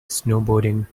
snowboarding